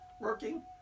Working